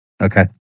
Okay